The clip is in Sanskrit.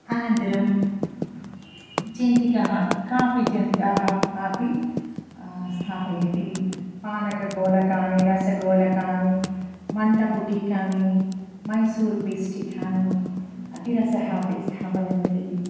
अनन्तरं जेन्तिकाः काः अपि जेन्तिकाः आपि स्थापयन्ति पानकगोलकानि रसगोलकानि मण्डपुटीकानि मैसूर् पीस्टिखानि अतिरसः अपि स्थापयन्ति